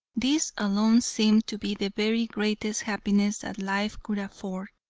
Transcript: this alone seemed to be the very greatest happiness that life could afford,